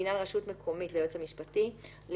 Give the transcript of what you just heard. לעניין רשות מקומית ליועץ המשפטי שלו,